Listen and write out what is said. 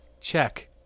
check